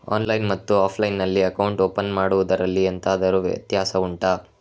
online ಮತ್ತು offline ನಲ್ಲಿ account open ಮಾಡುವುದರಲ್ಲಿ ಎಂತಾದರು ವ್ಯತ್ಯಾಸ ಉಂಟಾ